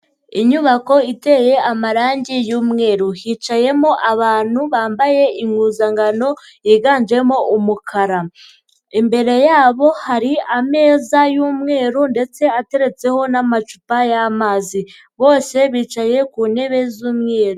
Inyubako iteye amarangi y'umweru, hicayemo abantu bambaye impuzankano yiganjemo umukara, imbere yabo hari ameza y'umweru ndetse ateretseho n'amacupa y'amazi, bose bicaye ku ntebe z'umweru.